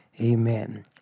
Amen